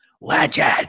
Legend